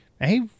Hey